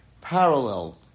parallel